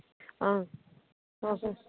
অঁ অঁ